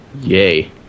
Yay